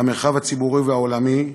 מהמרחב הציבורי והעולמי,